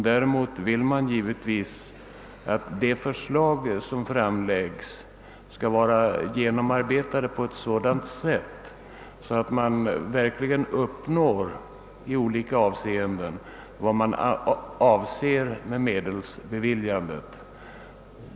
Däremot vill man givetvis att de förslag som framläggs skall vara genomarbetade på ett sådant sätt att vi i olika avseenden uppnår vad som avses med medelsbeviljandet.